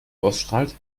ausstrahlt